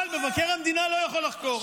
אבל מבקר המדינה לא יכול לחקור.